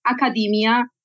academia